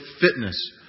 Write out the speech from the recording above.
fitness